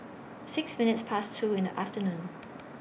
six minutes Past two in The afternoon